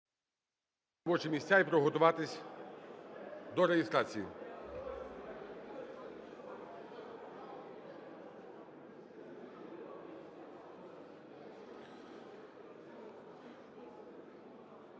робочі місця і приготуватись до реєстрації.